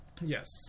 Yes